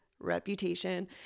Reputation